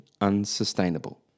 unsustainable